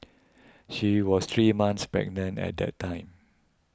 she was three months pregnant at the time